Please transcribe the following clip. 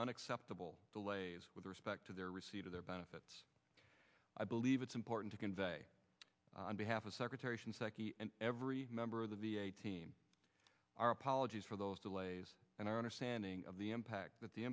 unacceptable delays with respect to their receipt of their benefits i believe it's important to convey on behalf of secretary shinseki and every member of the v a team our apologies for those delays and our understanding of the impact that the